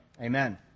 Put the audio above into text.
amen